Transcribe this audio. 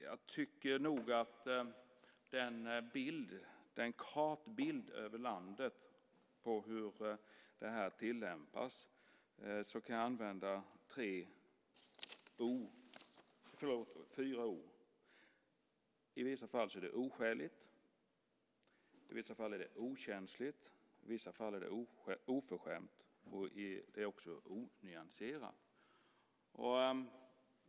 Jag tycker nog att jag om den kartbild över landet på hur det här tillämpas kan använda fyra ord som börjar på o. I vissa fall är det oskäligt, i vissa fall är det okänsligt, i vissa fall är det oförskämt, och det är också onyanserat.